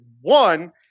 one